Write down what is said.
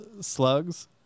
Slugs